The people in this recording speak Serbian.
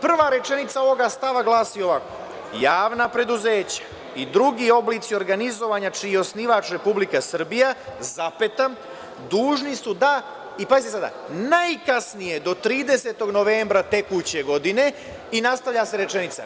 Prva rečenica ovog stava glasi ovako – javna preduzeća i drugi oblici organizovanja, čiji je osnivač Republika Srbija, dužni su da, pazite sada, najkasnije do 30. novembra tekuće godine, i nastavlja se rečenica.